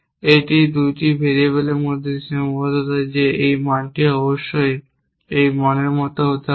এটি 2টি ভেরিয়েবলের মধ্যেও সীমাবদ্ধতা যে এই মানটি অবশ্যই এই মানের মতোই হতে হবে